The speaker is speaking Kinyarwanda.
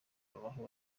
habaho